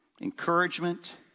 encouragement